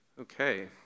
Okay